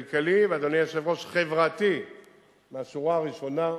כלכלי, ואדוני היושב-ראש, חברתי מהשורה הראשונה.